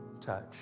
touch